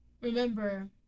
remember